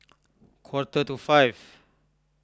quarter to five